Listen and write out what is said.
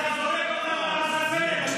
אתה זורק אותם לעזאזל,